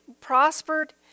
prospered